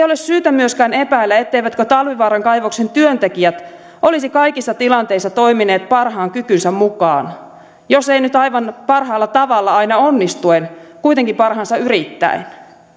ole syytä myöskään epäillä etteivätkö talvivaaran kaivoksen työntekijät olisi kaikissa tilanteissa toimineet parhaan kykynsä mukaan jos ei nyt aivan parhaalla tavalla aina onnistuen kuitenkin parhaansa yrittäen